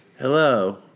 Hello